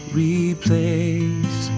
replace